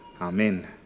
Amen